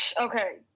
Okay